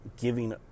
giving